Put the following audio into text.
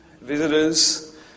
visitors